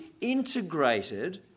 integrated